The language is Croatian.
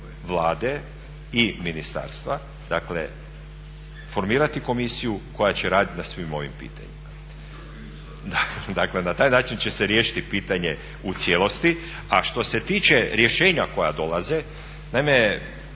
Vlade i ministarstva dakle formirati komisiju koja će raditi na svim ovim pitanjima. …/Upadica se ne čuje./… Da, dakle na taj način će se riješiti pitanje u cijelosti. A što se tiče rješenja koja dolaze, naime